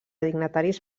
dignataris